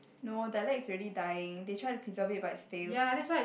no dialects already dying they try to preserve it but it's still